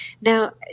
Now